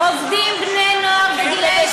עובדים בני-נוער גילאי